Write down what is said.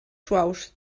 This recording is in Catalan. suaus